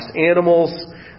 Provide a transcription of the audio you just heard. animals